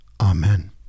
Amen